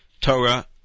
Torah